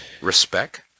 Respect